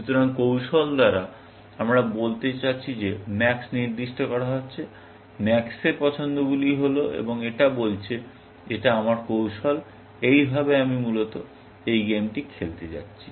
সুতরাং কৌশল দ্বারা আমরা বলতে চাচ্ছি যে max নির্দিষ্ট করা হচ্ছে max এর পছন্দগুলি হল এবং এটা বলছে এটা আমার কৌশল এইভাবে আমি মূলত এই গেমটি খেলতে যাচ্ছি